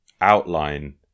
outline